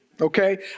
Okay